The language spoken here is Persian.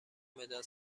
مداد